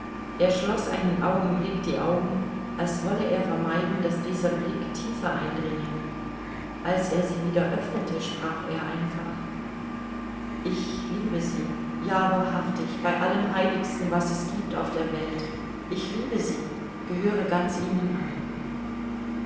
er schloß einen augenblick die augen als wolle er vermeiden daß dieser blick tiefer eindringe als er sie wieder öffnete sprach er einfach ich liebe sie ja wahrhaftig bei allem heiligsten was es giebt auf der welt ich liebe sie gehöre ganz ihnen an